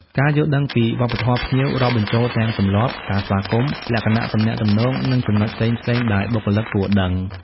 ការយល់ដឹងពីវប្បធម៌ភ្ញៀវ រាប់បញ្ចូលទាំងទម្លាប់ ការស្វាគមន៍ លក្ខណៈទំនាក់ទំនង និងចំណុចផ្សេងៗដែលបុគ្គលិកគួរដឹង។